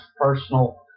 personal